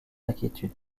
inquiétude